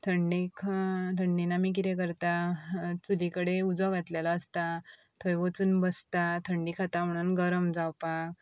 थंडी थंडीन आमी कितें करता चुली कडे उजो घातलेलो आसता थंय वचून बसता थंडी खाता म्हणून गरम जावपाक